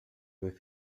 vez